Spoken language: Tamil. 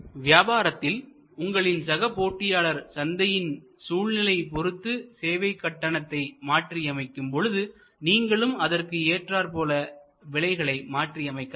வியாபாரத்தில் உங்களின் சக போட்டியாளர் சந்தையில் சூழ்நிலையைப் பொறுத்து சேவை கட்டணத்தை மாற்றி அமைக்கும் பொழுது நீங்களும் அதற்கு ஏற்றார் போல் விலைகளை மாற்றி அமைக்கலாம்